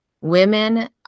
women